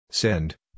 Send